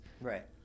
right